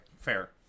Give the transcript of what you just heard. Fair